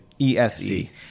E-S-E